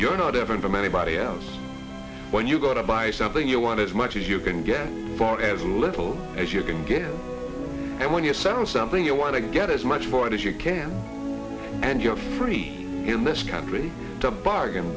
you're not even from anybody else when you go to buy something you want as much as you can get for as little as you can get and when you sell something you want to get as much for it as you can and you're free in this country to bargain